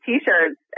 T-shirts